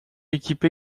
équipe